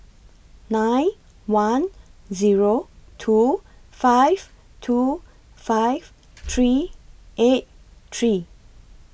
nine one Zero two five two five three eight three